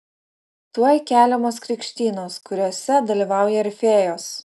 tuoj keliamos krikštynos kuriose dalyvauja ir fėjos